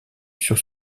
sur